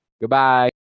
goodbye